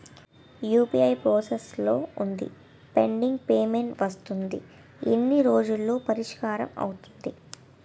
UPI process లో వుంది pending payment వస్తుంది ఎన్ని రోజుల్లో పరిష్కారం అవుతుంది